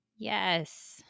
Yes